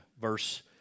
verse